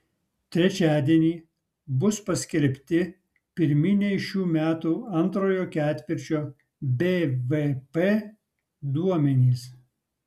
trečiadienį bus paskelbti pirminiai šių metų antrojo ketvirčio bvp duomenys